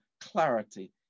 clarity